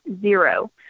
zero